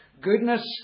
goodness